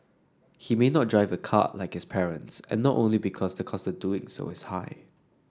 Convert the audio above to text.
he may not drive a car like his parents and not only because the cost doing so is high